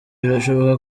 birashoboka